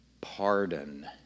Pardon